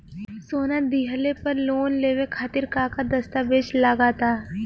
सोना दिहले पर लोन लेवे खातिर का का दस्तावेज लागा ता?